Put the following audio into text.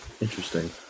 Interesting